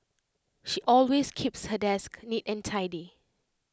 she always keeps her desk neat and tidy